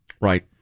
Right